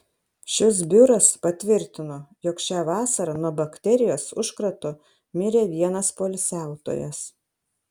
šis biuras patvirtino jog šią vasarą nuo bakterijos užkrato mirė vienas poilsiautojas